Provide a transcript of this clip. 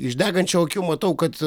iš degančių akių matau kad